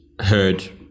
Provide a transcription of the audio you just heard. heard